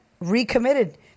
recommitted